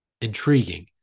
intriguing